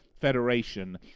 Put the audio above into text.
federation